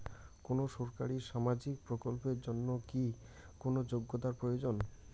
কোনো সরকারি সামাজিক প্রকল্পের জন্য কি কোনো যোগ্যতার প্রয়োজন?